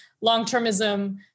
long-termism